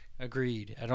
Agreed